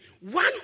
one